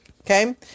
okay